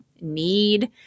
need